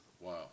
Wow